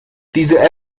diese